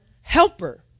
helper